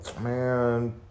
Man